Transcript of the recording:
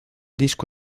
disco